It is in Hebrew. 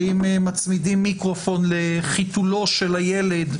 שאם מצמידים מיקרופון לחיתולו של הילד,